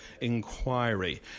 inquiry